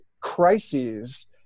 crises